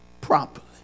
properly